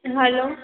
hello